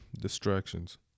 distractions